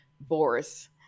Boris